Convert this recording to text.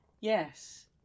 Yes